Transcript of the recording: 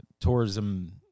tourism